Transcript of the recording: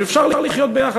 אפשר לחיות יחד,